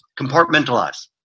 compartmentalize